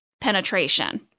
penetration